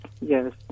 yes